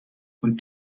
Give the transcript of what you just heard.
und